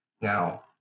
now